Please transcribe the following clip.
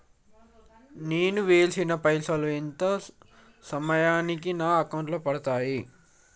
నేను వేసిన పైసలు ఎంత సమయానికి నా అకౌంట్ లో పడతాయి?